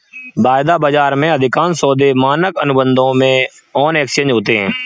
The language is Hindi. वायदा बाजार में, अधिकांश सौदे मानक अनुबंधों में ऑन एक्सचेंज होते हैं